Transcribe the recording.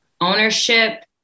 ownership